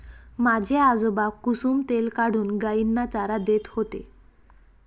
माझे आजोबा कुसुम तेल काढून गायींना चारा देत होते